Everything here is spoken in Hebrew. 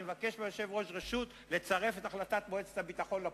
אני מבקש מהיושב-ראש רשות לצרף את החלטת מועצת הביטחון לפרוטוקול.